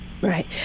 Right